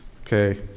Okay